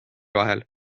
vahel